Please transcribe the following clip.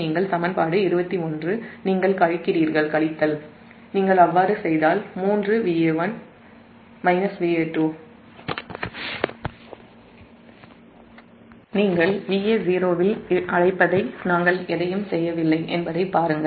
நீங்கள் Va0 இல் அழைப்பதை நான் எதையும் செய்யவில்லை என்பதை பாருங்கள்